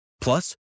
Plus